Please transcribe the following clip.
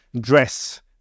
dress